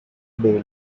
day